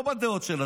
לא בדעות שלה,